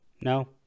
No